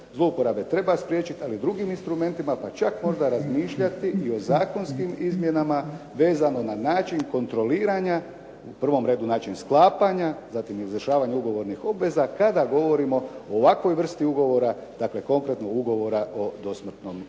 zlouporabe, treba spriječiti ali i drugim instrumentima pa čak možda i razmišljati i o zakonskim izmjenama vezano na način kontroliranja, u prvom redu način sklapanja, zatim izvršavanja ugovornih obveza kada govorimo o ovakvoj vrsti ugovora, dakle, konkretnom ugovora o dosmrtnom